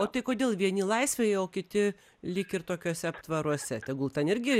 o tai kodėl vieni laisvėj o kiti lyg ir tokiuose aptvaruose tegul ten irgi